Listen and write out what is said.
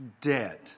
dead